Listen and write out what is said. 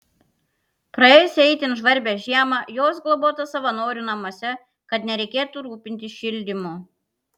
praėjusią itin žvarbią žiemą jos globotos savanorių namuose kad nereikėtų rūpintis šildymu